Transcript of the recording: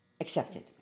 accepted